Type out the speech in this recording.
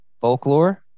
folklore